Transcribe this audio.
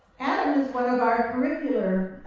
adam is one of our curriculum